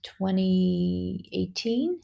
2018